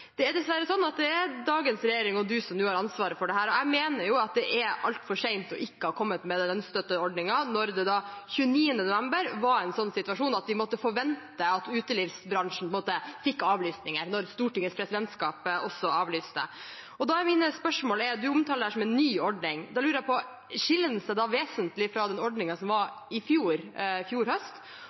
det er dessverre sånn at det er dagens regjering og du som nå har ansvaret for dette. Jeg mener at det er altfor sent å komme med en lønnsstøtteordning når situasjonen 29. november var sånn at vi måtte forvente at utelivsbransjen fikk avlysninger, når også Stortingets presidentskap avlyste. Du omtaler dette som en ny ordning. Da lurer jeg på: Skiller den seg da vesentlig fra den ordningen som var i fjor høst?